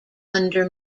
under